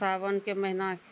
सावनके महीना